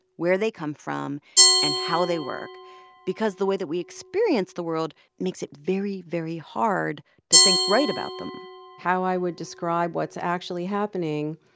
where they come from and how they work because the way that we experience the world makes it very, very hard to think right about them how i would describe what's actually happening